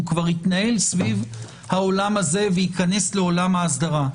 הוא כבר יתנהל סביב העולם הזה וייכנס לעולם האסדרה.